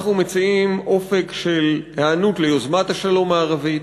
אנחנו מציעים אופק של היענות ליוזמת השלום הערבית.